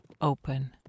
open